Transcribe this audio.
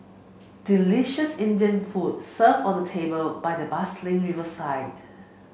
delicious Indian food served on a table by the bustling riverside